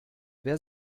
wer